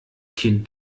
kind